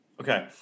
Okay